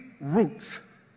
roots